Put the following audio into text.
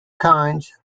kinds